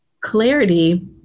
clarity